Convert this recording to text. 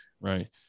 Right